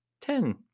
Ten